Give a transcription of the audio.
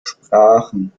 sprachen